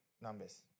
numbers